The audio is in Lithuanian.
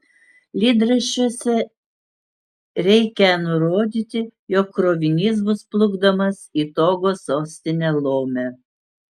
lydraščiuose reikią nurodyti jog krovinys bus plukdomas į togo sostinę lomę